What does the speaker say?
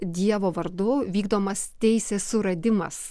dievo vardu vykdomas teisės suradimas